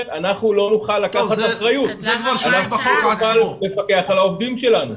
אנחנו לא נוכל לקחת אחריות ולפקח על העובדים שלנו.